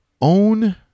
own